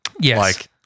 Yes